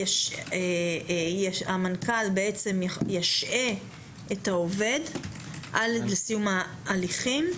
המנכ"ל ישעה את העובד עד סיום ההליכים,